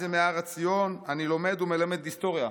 ימי הר עציון אני לומד ומלמד היסטוריה,